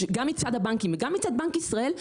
גם מצד הבנקים וגם מצד בנק ישראל,